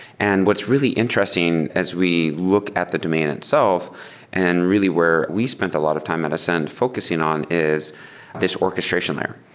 and what's really interesting as we look at the domain itself and really where we spent a lot of time at ascend focusing on is this orchestration layer?